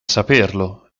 saperlo